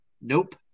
nope